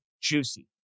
juicy